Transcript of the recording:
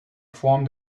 form